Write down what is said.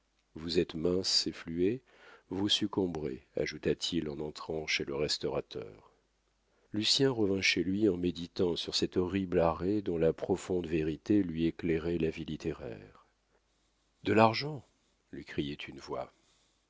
vous êtes mince et fluet vous succomberez ajouta-t-il en entrant chez le restaurateur lucien revint chez lui en méditant sur cet horrible arrêt dont la profonde vérité lui éclairait la vie littéraire de l'argent lui criait une voix